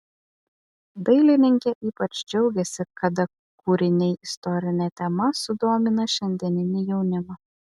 dailininkė ypač džiaugiasi kada kūriniai istorine tema sudomina šiandieninį jaunimą